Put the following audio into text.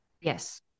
Yes